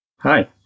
Hi